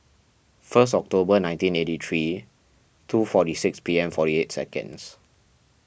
first October nineteen eighty three two forty six P M forty eight seconds